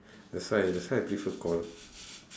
that's why that's why I prefer call